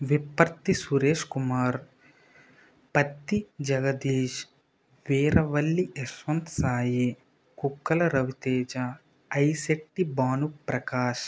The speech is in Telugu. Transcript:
విప్పర్తి సురేష్ కుమార్ పత్తి జగదీష్ వీరవల్లి యశ్వంత్ సాయి కుక్కల రవి తేజ అయిశెట్టి భాను ప్రకాష్